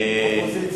אופוזיציה.